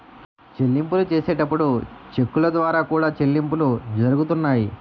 చెల్లింపులు చేసేటప్పుడు చెక్కుల ద్వారా కూడా చెల్లింపులు జరుగుతున్నాయి